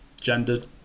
gendered